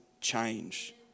change